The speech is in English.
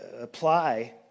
apply